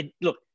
look